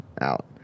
out